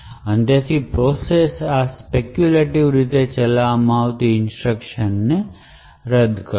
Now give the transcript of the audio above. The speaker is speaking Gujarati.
અને તેથી પ્રોસેસ આ સ્પેક્યૂલેટિવ રીતે ચલાવવામાં આવતી ઇન્સટ્રકશન ને રદ કરશે